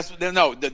no